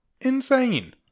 insane